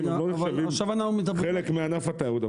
ולא נחשבים חלק מענף התיירות -- עכשיו אנחנו מדברים על זה.